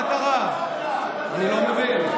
אני לא מבין.